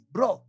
Bro